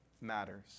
matters